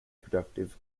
productive